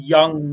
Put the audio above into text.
Young